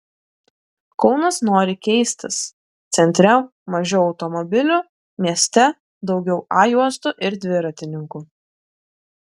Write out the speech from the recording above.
kaunas nori keistis centre mažiau automobilių mieste daugiau a juostų ir dviratininkų